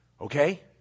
Okay